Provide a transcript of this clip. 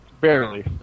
Barely